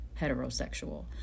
heterosexual